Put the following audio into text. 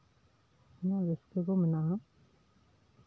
ᱱᱤᱭᱟᱹ ᱨᱟᱹᱥᱠᱟᱹ ᱠᱚ ᱢᱮᱱᱟᱜᱼᱟ